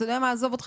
עזוב,